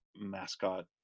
mascot